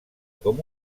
com